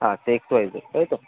আচ্ছা এক্সওয়াইজেড তাই তো